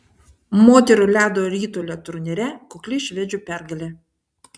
moterų ledo ritulio turnyre kukli švedžių pergalė